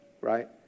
right